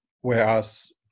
whereas